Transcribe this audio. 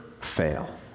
fail